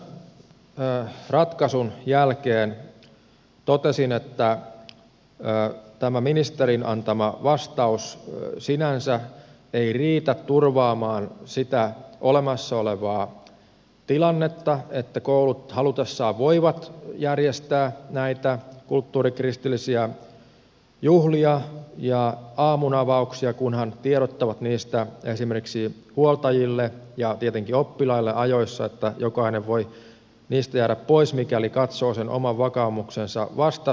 tämän ratkaisun jälkeen totesin että tämä ministerin antama vastaus sinänsä ei riitä turvaamaan sitä olemassa olevaa tilannetta että koulut halutessaan voivat järjestää näitä kulttuurikristillisiä juhlia ja aamunavauksia kunhan tiedottavat niistä esimerkiksi huoltajille ja tietenkin oppilaille ajoissa että jokainen voi niistä jäädä pois mikäli katsoo ne oman vakaumuksensa vastaisiksi